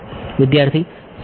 વિદ્યાર્થી સરેરાશ